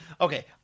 Okay